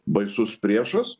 baisus priešas